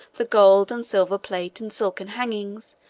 the gold and silver plate, and silken hangings,